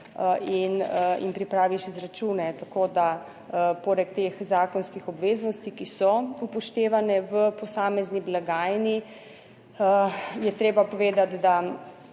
in jim pripraviš izračune, tako da poleg teh zakonskih obveznosti, ki so upoštevane v posamezni blagajni, je treba povedati, da